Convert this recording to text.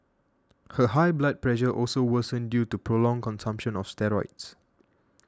her high blood pressure also worsened due to prolonged consumption of steroids